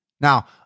Now